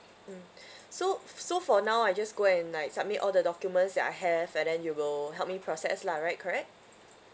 mm so f~ so for now I just go and like submit all the documents that I have and then you will help me process lah right correct